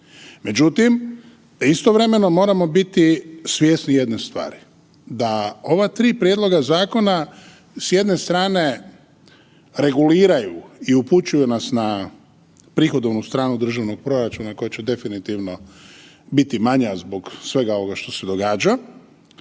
Međutim, istovremeno moramo biti svjesni jedne stvari da ova tri prijedloga zakona s jedne strane reguliraju i upućuju nas na prihodovnu stranu državnog proračuna koja definitivno biti manja zbog svega ovog što se događa,